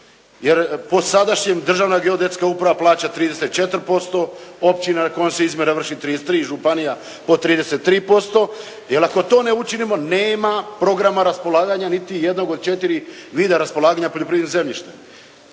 jer po sadašnjim Državna geodetska uprava plaća 34%, općina na kojoj se izmjera vrši 33, županija po 33%, jer ako to ne učinimo nema programa raspolaganja niti jednog od četiri vida raspolaganja poljoprivrednim zemljištem.